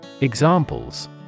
Examples